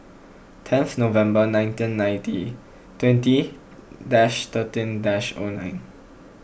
tenth November nineteen ninety twenty dash thirteen dash O nine